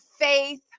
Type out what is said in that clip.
faith